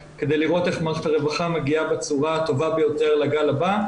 כדי לראות איך מערכת הרווחה מגיעה בצורה הטובה ביותר לגל הבא.